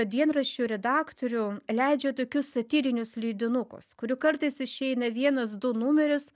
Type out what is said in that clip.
dienraščio redaktorių leidžia tokius satyrinius leidinukus kurių kartais išeina vienas du numeris